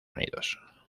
unidos